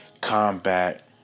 combat